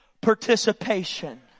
Participation